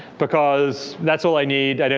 because that's all i need.